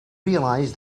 realized